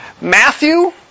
Matthew